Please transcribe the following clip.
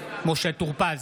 משה טור פז,